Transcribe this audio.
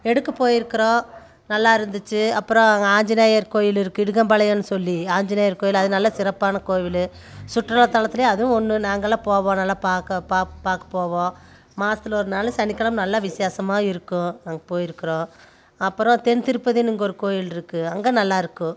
எடுக்க போயிருக்கிறோம் நல்லாருந்துச்சு அப்புறம் அங்கே ஆஞ்சிநேயர் கோயில் இருக்குது இடுகம்பாளையம்னு சொல்லி ஆஞ்சிநேயர் கோயில் அது நல்லா சிறப்பான கோவில் சுற்றுலா தலத்திலே அதுவும் ஒன்று நாங்கெலாம் போவோம் பார்க்க பா பார்க்க போவோம் மாதத்துல ஒரு நாள் சனி கிழம நல்ல விசேஷமா இருக்கும் நாங்கள் போயிருக்கிறோம் அப்புறம் தென்திருப்பதினு இங்கே ஒரு கோயிலிருக்கு அங்கே நல்லாயிருக்கும்